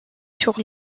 sur